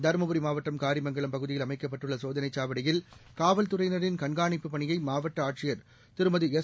தரும்புரி மாவட்டம் காரிமங்கலம் பகுதியில் அமைக்கப்பட்டுள்ள சோதனைச் சாவடியில் காவல்துறையினரின் கண்காணிப்புப் பணியை மாவட்ட ஆட்சியர் திருமதிஎஸ்